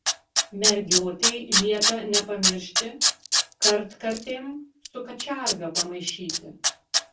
mergiotei liepia nepamiršti kartkartėm su kačiarga pamaišyti